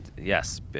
Yes